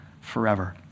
forever